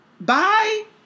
bye